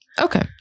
Okay